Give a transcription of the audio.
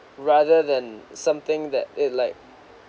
rather than something that it like